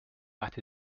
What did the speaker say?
that